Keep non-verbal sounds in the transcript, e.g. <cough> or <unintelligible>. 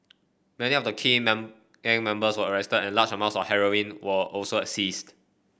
many of the key <unintelligible> gang members were arrested and large amounts of heroin were also seized